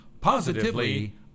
positively